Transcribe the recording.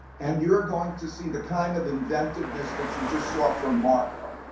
and you're going to see the kind of inventiveness that you just saw from marko,